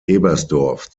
ebersdorf